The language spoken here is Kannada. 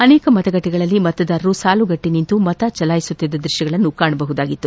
ಆನೇಕ ಮತಗಟ್ಟೆಗಳಲ್ಲಿ ಮತದಾರರು ಸಾಲುಗಟ್ಟಿ ನಿಂತು ಮತ ಚಲಾಯಿಸುತ್ತಿದ್ದ ದೃಶ್ಯಗಳನ್ನು ಕಾಣಬಹುದಾಗಿತ್ತು